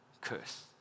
curse